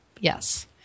Yes